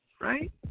right